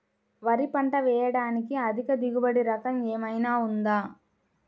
వరి పంట వేయటానికి అధిక దిగుబడి రకం ఏమయినా ఉందా?